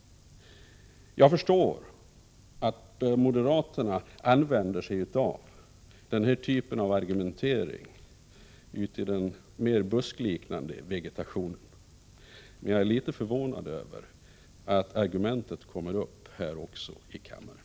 Jag förstår att moderaterna använder denna typ av argumentering ute i den mer buskliknande vegetationen, men jag är litet förvånad över att argumenten kommer upp också här i kammaren!